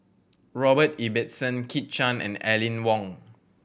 Robert Ibbetson Kit Chan and Aline Wong